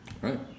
Right